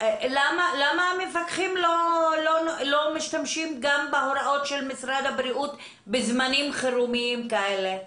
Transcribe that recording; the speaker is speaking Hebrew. למה המפקחים לא משתמשים גם בהוראות של משרד הבריאות בזמני חירום כאלה?